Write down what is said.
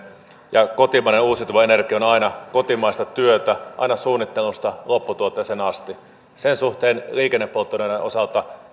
ja kotimainen uusiutuva energia on aina kotimaista työtä aina suunnittelusta lopputuotteeseen asti sen suhteen liikennepolttoaineiden osalta